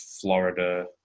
Florida